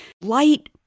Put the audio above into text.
light